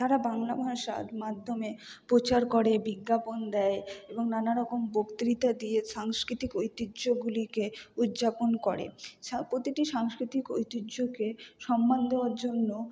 তারা বাংলা ভাষার মাধ্যমে প্রচার করে বিজ্ঞাপন দেয় এবং নানা রকম বক্তৃতা দিয়ে সাংস্কৃতিক ঐতিহ্যগুলিকে উদযাপন করে প্রতিটি সাংস্কৃতিক ঐতিহ্যকে সম্মান দেওয়ার জন্য